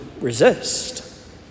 resist